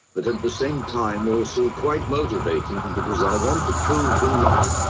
but at the same time also quite motivating because i want to prove them wrong.